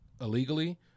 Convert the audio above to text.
illegally